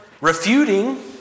refuting